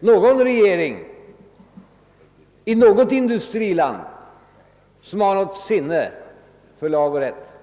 någon regering i något industriland som har sinne för lag och rätt.